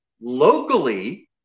locally